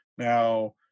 Now